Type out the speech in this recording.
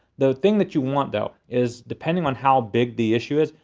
the thing that you want though is, depending on how big the issue is,